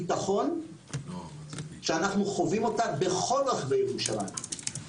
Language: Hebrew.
את החוויה האישית אני שותף לה עם יהודה,